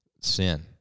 sin